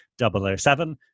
007